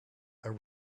are